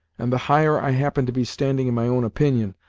and, the higher i happened to be standing in my own opinion,